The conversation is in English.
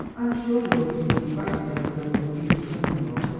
i'm sure you're to be congratulated on your future son-in-law.